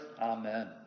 Amen